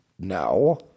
no